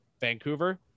Vancouver